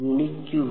ഗുണിക്കുക